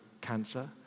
cancer